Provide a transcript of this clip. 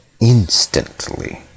instantly